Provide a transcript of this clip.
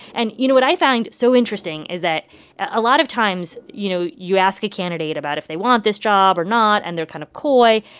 and, you know, what i find so interesting is that a lot of times, you know, you ask a candidate about if they want this job or not, and they're kind of coy.